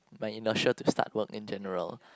by inertia to start work in general